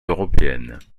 européennes